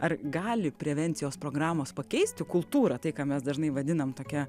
ar gali prevencijos programos pakeisti kultūrą tai ką mes dažnai vadinam tokia